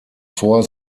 vor